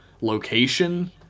location